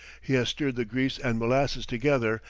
he has stirred the grease and molasses together,